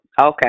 okay